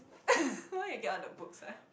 where you get all the books ah